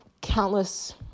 countless